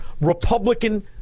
Republican